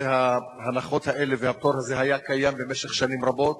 הרי ההנחות האלה והפטור הזה היו קיימים במשך שנים רבות,